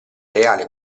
reale